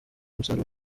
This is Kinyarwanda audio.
umusaruro